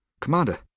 Commander